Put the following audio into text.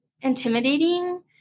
intimidating